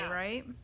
right